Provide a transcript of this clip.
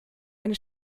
eine